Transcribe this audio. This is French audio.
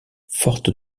forte